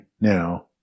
now